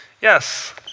Yes